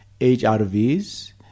HRVs